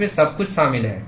इसमें सब कुछ शामिल है